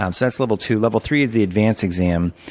um so that's level two. level three is the advanced exam,